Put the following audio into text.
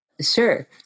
Sure